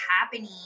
happening